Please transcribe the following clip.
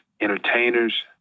entertainers